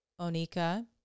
onika